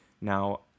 Now